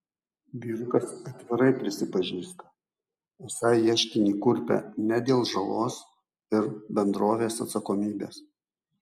vyrukas atvirai prisipažįsta esą ieškinį kurpia ne dėl žalos ir bendrovės atsakomybės